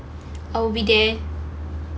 I will be there